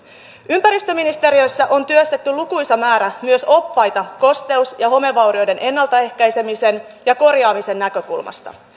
ympäristöministeriössä on työstetty lukuisa määrä myös oppaita kosteus ja homevaurioiden ennaltaehkäisemisen ja korjaamisen näkökulmasta